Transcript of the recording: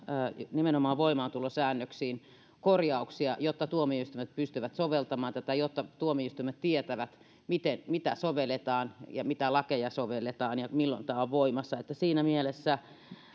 nimenomaan tuonne voimaantulosäännöksiin korjauksia jotta tuomioistuimet pystyvät soveltamaan tätä ja jotta tuomioistuimet tietävät mitä sovelletaan mitä lakeja sovelletaan ja milloin tämä on voimassa siinä mielessä